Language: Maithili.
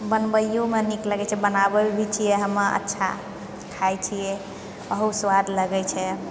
बनबैयोमे नीक लगै छै बनाबै भी छियै हम अच्छा खाय छियै बहुत स्वाद लागै छै